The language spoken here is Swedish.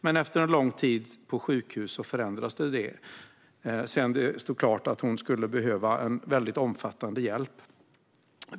Men efter en lång tid på sjukhus förändrades detta sedan det stod klart att hon skulle behöva en mycket omfattande hjälp.